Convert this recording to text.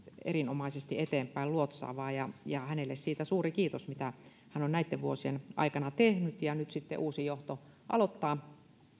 erinomaisesti eteenpäin luotsaavia ja ja hänelle suuri kiitos siitä mitä hän on näitten vuosien aikana tehnyt nyt sitten uusi johto aloittaa